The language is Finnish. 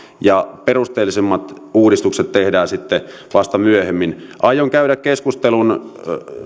ja perusteellisemmat uudistukset tehdään sitten vasta myöhemmin aion käydä keskustelun